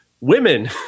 women